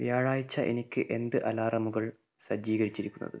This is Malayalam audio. വ്യാഴാഴ്ച്ച എനിക്ക് എന്ത് അലാറമുകള് സജ്ജീകരിച്ചിരിക്കുന്നത്